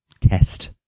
test